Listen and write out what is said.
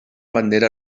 bandera